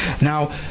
now